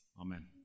Amen